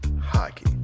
hockey